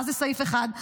מה זה סעיף 1?